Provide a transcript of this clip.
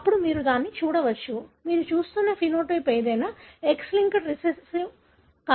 అప్పుడు మీరు దానిని చూడవచ్చు మీరు చూస్తున్న ఫెనోటైప్ ఏదైనా X లింక్డ్ రిసెసివ్ కావచ్చు